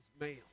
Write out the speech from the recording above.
male